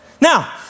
Now